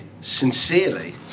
sincerely